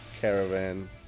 caravan